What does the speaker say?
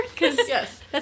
Yes